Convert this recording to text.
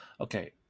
Okay